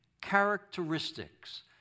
Characteristics